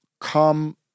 come